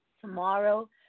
Tomorrow